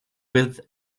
with